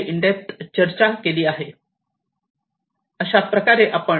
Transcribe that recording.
यापुढे आपण comprehensive overview साठी रेफरन्स पाहू शकता